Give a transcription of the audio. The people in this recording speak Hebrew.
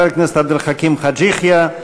חבר הכנסת עבד אל חכים חאג' יחיא.